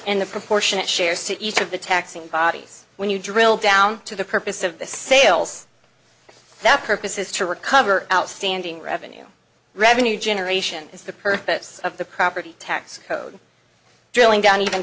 and the proportionate share so each of the taxing bodies when you drill down to the purpose of the sales that purpose is to recover outstanding revenue revenue generation is the purpose of the property tax code drilling down even